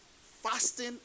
fasting